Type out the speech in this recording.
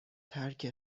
ترک